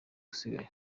usigaye